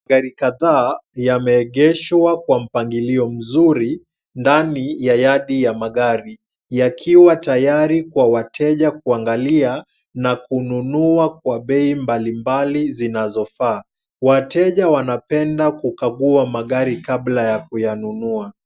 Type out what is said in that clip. Magari kadhaa yameegeshwa kwa mpangilio mzuri ndani ya yadi ya magari, yakiwa tayari kwa wateja kuangalia, na kununua kwa bei mbali mbali zinazofaa. Wateja wanapenda kukagua magari kabla ya kuyanunua.